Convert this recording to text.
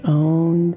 own